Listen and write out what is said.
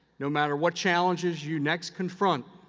no matter what challenges you next confront,